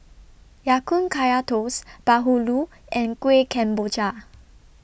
Ya Kun Kaya Toast Bahulu and Kuih Kemboja